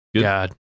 God